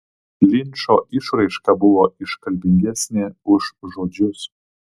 linčo išraiška buvo iškalbingesnė už žodžius